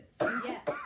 yes